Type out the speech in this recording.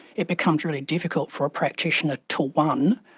it becomes really difficult for a practitioner to, one,